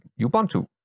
Ubuntu